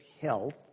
health